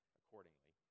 accordingly